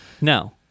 no